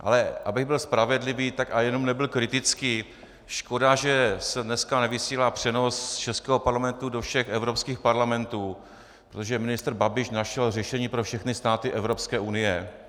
Ale abych byl spravedlivý a nebyl jenom kritický, škoda, že se dneska nevysílá přenos z českého parlamentu do všech evropských parlamentů, protože ministr Babiš našel řešení pro všechny státy Evropské unie.